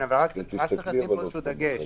צריך לשים פה דגש.